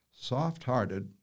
Soft-hearted